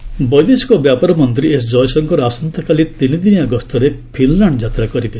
Jaishankar visit ବୈଦେଶିକ ବ୍ୟାପାର ମନ୍ତ୍ରୀ ଏସ୍ ଜୟଶଙ୍କର ଆସନ୍ତାକାଲି ତିନିଦିନିଆ ଗସ୍ତରେ ଫିନ୍ଲ୍ୟାଣ୍ଡ୍ ଯାତ୍ରା କରିବେ